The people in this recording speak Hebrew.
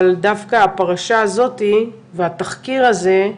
אבל דווקא הפרשה הזאתי והתחקיר הזה,